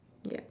yup